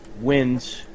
wins